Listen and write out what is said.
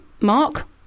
Mark